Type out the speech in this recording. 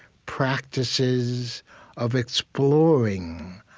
practices of exploring,